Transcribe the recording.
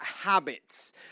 habits